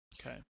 Okay